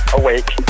awake